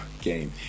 game